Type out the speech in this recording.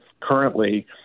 currently